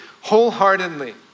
wholeheartedly